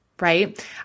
right